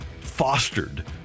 fostered